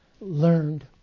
learned